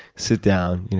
sit down,